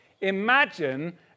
Imagine